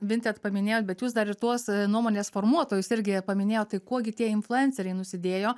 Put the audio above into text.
vinted paminėjot bet jūs dar ir tuos nuomonės formuotojus irgi paminėjot tai kuo gi tie influenceriai nusidėjo